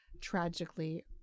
tragically